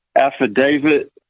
affidavit